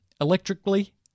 electrically